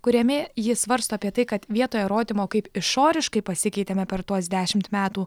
kuriame ji svarsto apie tai kad vietoj rodymo kaip išoriškai pasikeitėme per tuos dešimt metų